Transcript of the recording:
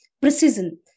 precision